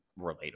relatable